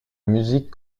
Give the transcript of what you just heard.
musique